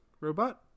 robot